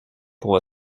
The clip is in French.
pour